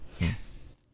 Yes